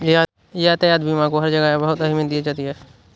यातायात बीमा को हर जगह बहुत अहमियत दी जाती है